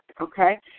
okay